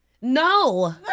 No